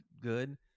good